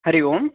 Hari Om